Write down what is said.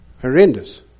Horrendous